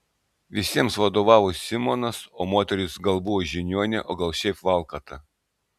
visiems vadovavo simonas o moteris gal buvo žiniuonė o gal šiaip valkata